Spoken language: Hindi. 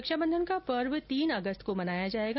रक्षाबंधन का पर्व तीन अगस्त को मनाया जाएगा